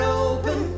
open